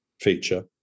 feature